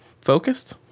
focused